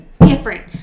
different